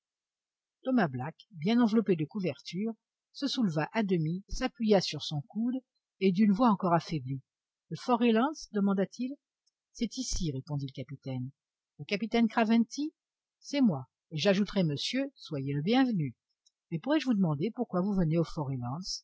thomas black bien enveloppé de couvertures se souleva à demi s'appuya sur son coude et d'une voix encore affaiblie le fort reliance demanda-t-il c'est ici répondit le capitaine le capitaine craventy c'est moi et j'ajouterai monsieur soyez le bienvenu mais pourrai-je vous demander pourquoi vous venez au